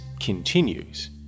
continues